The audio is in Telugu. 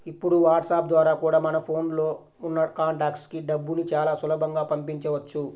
ఇప్పుడు వాట్సాప్ ద్వారా కూడా మన ఫోన్ లో ఉన్న కాంటాక్ట్స్ కి డబ్బుని చాలా సులభంగా పంపించవచ్చు